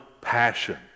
passion